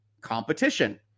Competition